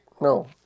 No